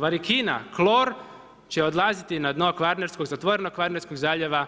Varikina, klor će odlaziti na dno zatvorenog Kvarnerskog zaljeva